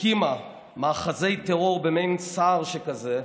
הקימה מאחזי טרור במעין סהר שכזה,